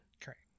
Correct